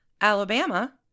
Alabama